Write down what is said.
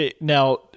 Now